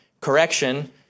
Correction